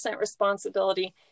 responsibility